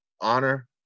honor